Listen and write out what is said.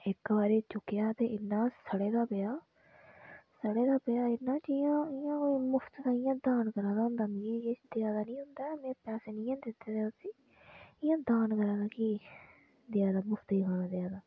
इक बारी चुक्केआ ते इन्ना सड़े दा पेआ सड़े दा पेआ इ'यां जि'यां कोई मुफ्त दान करै दा होंदा जि'यां मी किश देआ दा नेईं होंदा जि'यां पैसै नेईं हैन दित्ते दे उसी इ'यां दान करै दा देआ दा मुफ्त दी देआ दा